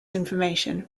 information